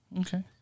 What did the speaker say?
Okay